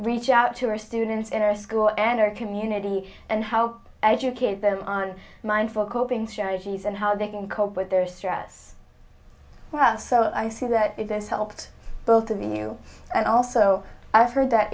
reach out to our students in our school and our community and how educate them on mindful coping strategies and how they can cope with their stress wow so i see that it has helped both of you and also i've heard that